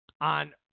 on